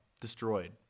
destroyed